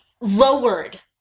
lowered